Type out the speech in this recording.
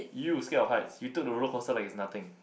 you scared of heights you took the roller coaster like it's nothing